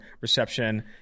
reception